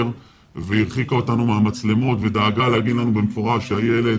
והרחיקה אותנו מהמצלמות ודאגה לומר לנו במפורש שהילד